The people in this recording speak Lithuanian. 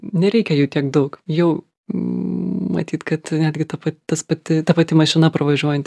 nereikia jų tiek daug jau matyt kad netgi ta pa tas pati ta pati mašina pravažiuojanti